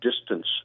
distance